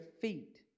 feet